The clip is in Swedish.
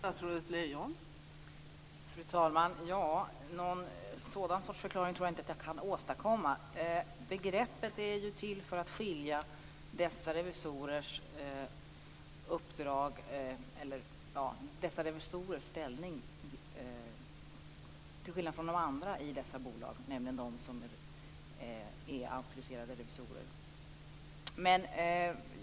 Fru talman! Någon sådan sorts förklaring tror jag inte att jag kan åstadkomma. Begreppet är ju till för att skilja dessa revisorers ställning från den ställning de auktoriserade revisorerna har i dessa bolag.